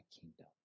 kingdom